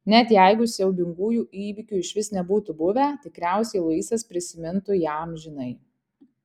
net jeigu siaubingųjų įvykių išvis nebūtų buvę tikriausiai luisas prisimintų ją amžinai